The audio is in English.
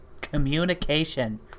Communication